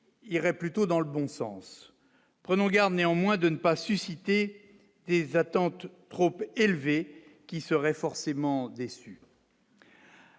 irait plutôt dans le bon sens, prenons garde néanmoins de ne pas susciter des attentes trop peu élevé qui serait forcément déçu.